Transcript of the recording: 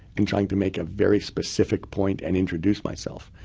and trying to make a very specific point and introduce myself.